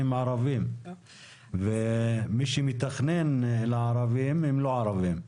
ערבים ומי שמתכנן לערבים הם לא ערבים.